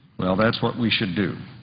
well, that's what we should do.